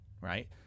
right